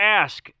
ask